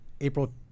April